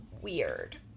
weird